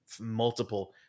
multiple